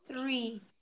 three